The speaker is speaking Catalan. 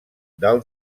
del